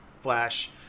flash